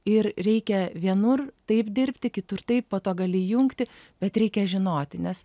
ir reikia vienur taip dirbti kitur taip po to gali įjungti bet reikia žinoti nes